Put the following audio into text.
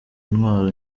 intwaro